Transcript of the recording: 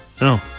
No